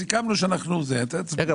סיכמנו שאנחנו --- רגע,